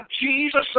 Jesus